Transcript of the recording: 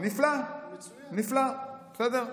נפלא, נפלא, בסדר?